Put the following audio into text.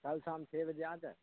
کل شام چھ بجے آ جائیں